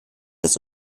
das